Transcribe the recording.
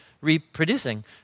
reproducing